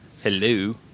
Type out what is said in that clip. Hello